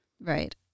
right